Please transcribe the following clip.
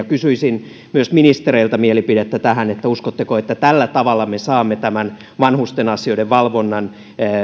kysyisin myös ministereiltä mielipidettä tähän uskotteko että tällä tavalla me saamme vanhusten asioiden valvonnan